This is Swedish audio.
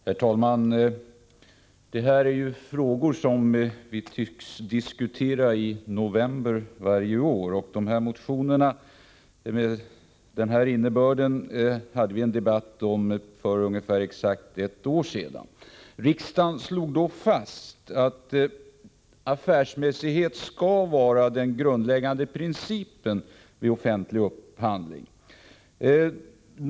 Herr talman! Dessa frågor tycks vi diskutera i november varje år. Motioner med samma innebörd som de föreliggande hade vi en debatt om för ungefär ett år sedan. Riksdagen slog då fast att affärsmässighet skall vara den grundläggande principen vid offentlig upphandling.